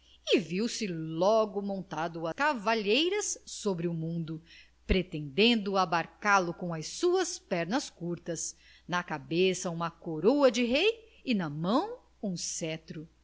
e viu-se logo montado a cavaleiras sobre o mundo pretendendo abarcá lo com as suas pernas curtas na cabeça uma coroa de rei e na mão um cetro